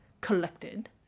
collected